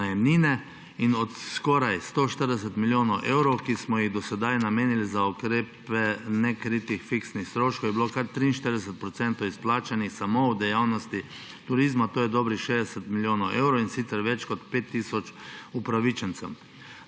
najemnine. Od skoraj 140 milijonov evrov, ki smo jih do sedaj namenili za ukrepe nekritih fiksnih stroškov, je bilo kar 43 % izplačanih samo v dejavnosti turizma, to je dobrih 60 milijonov evrov, in sicer več kot 5 tisoč upravičencem.